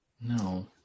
No